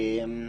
תודה.